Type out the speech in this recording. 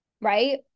right